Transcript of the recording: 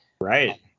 Right